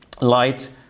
light